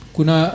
Kuna